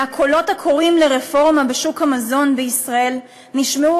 והקולות הקוראים לרפורמה בשוק המזון בישראל נשמעו